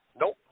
Nope